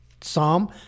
psalm